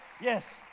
Yes